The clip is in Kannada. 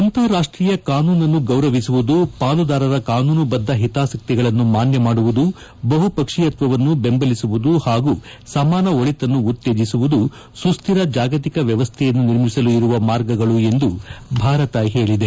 ಅಂತಾರಾಷ್ಷೀಯ ಕಾನೂನನ್ನು ಗೌರವಿಸುವುದು ಪಾಲುದಾರರ ಕಾನೂನುಬದ್ದ ಹಿತಾಸಕ್ತಿಗಳನ್ನು ಮಾನ್ಯ ಮಾಡುವುದು ಬಹುಪಕ್ಷೀಯತ್ವವನ್ನು ಬೆಂಬಲಿಸುವುದು ಹಾಗೂ ಸಮಾನ ಒಳಿತನ್ನು ಉತ್ತೇಜಿಸುವುದು ಸುಸ್ಲಿರ ಜಾಗತಿಕ ವ್ಯವಸ್ಲೆಯನ್ನು ನಿರ್ಮಿಸಲು ಇರುವ ಮಾರ್ಗಗಳು ಎಂದು ಭಾರತ ಹೇಳಿದೆ